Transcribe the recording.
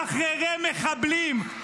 משחררי מחבלים.